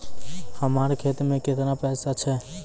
हमर खाता मैं केतना पैसा छह?